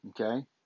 okay